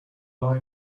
lie